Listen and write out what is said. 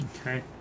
Okay